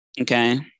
okay